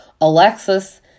Alexis